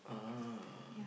ah